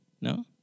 no